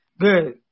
good